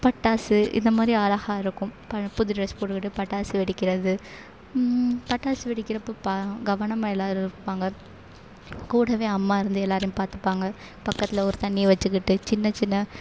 பட்டாசு இந்த மாதிரி அழகா இருக்கும் பழ புது ட்ரெஸ் போட்டுக்கிட்டு பட்டாசு வெடிக்கிறது பட்டாசு வெடிக்கிறப்போ பா கவனமாக எல்லோரும் இருப்பாங்க கூடவே அம்மா இருந்து எல்லோரையும் பார்த்துப்பாங்க பக்கத்தில் ஒரு தண்ணியை வச்சிக்கிட்டு சின்ன சின்ன